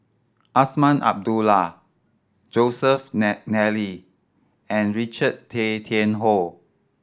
Azman Abdullah Joseph Nally and Richard Tay Tian Hoe